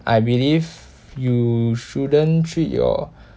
I believe you shouldn't treat your